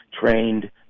trained